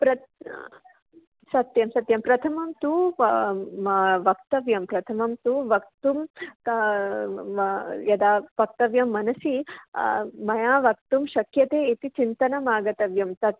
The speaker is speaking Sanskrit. प्रति सत्यं सत्यं प्रथमं तु वक्तव्यं प्रथमं तु वक्तुं यदा वक्तव्यं मनसि मया वक्तुं शक्यते इति चिन्तनमागन्तव्यं तत्